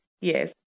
Yes